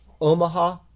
Omaha